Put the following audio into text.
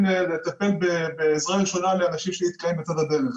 לטפל בעזרה ראשונה לאנשים שנתקעים בצד הדרך.